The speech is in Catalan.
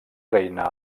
reina